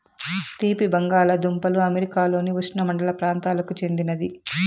తీపి బంగాలదుంపలు అమెరికాలోని ఉష్ణమండల ప్రాంతాలకు చెందినది